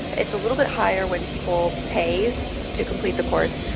it's a little bit higher when people pay to complete the course.